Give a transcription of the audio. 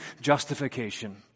justification